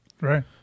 Right